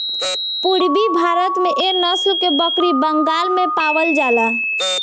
पूरबी भारत में एह नसल के बकरी बंगाल में पावल जाला